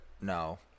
No